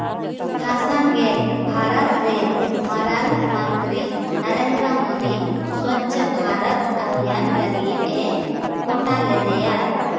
ᱦᱟᱥᱟᱱ ᱜᱮ ᱵᱷᱟᱨᱚᱛ ᱨᱮᱱ ᱢᱟᱨᱟᱝ ᱢᱟᱱᱛᱨᱤ ᱱᱚᱨᱳᱮᱱᱫᱨᱠᱚ ᱢᱚᱫᱤ ᱥᱚᱪᱪᱷᱚ ᱵᱷᱟᱨᱚᱛ ᱚᱵᱷᱤᱡᱟᱱ ᱞᱟᱹᱜᱤᱫᱼᱮ ᱜᱚᱴᱟ ᱞᱮᱫᱮᱭᱟ